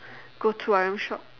go to R_M shop